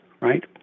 right